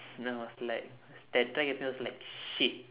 then I was like that time it feels like shit